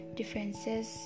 differences